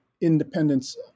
independence